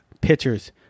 pitchers